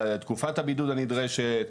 על תקופת הבידוד הנדרשת,